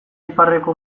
iparreko